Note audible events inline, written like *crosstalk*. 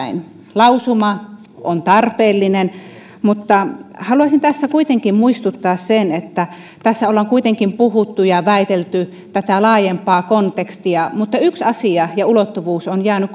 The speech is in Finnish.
lausuma on tarpeellinen mutta haluaisin tässä kuitenkin muistuttaa että tässä ollaan puhuttu ja väitelty tästä laajemmasta kontekstista mutta yksi asia ja ulottuvuus on jäänyt *unintelligible*